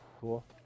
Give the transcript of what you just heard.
cool